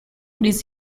these